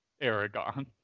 Aragon